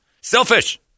selfish